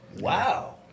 Wow